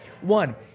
One